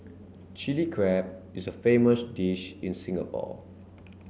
Chilli Crab is a famous dish in Singapore